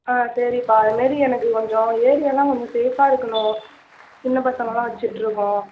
ஆ சரிப்பா அதுமாரி எனக்கு கொஞ்சம் ஏரியாலாம் கொஞ்சம் சேஃபாக இருக்கணும் சின்ன பசங்களாம் வெச்சுட்ருக்கோம்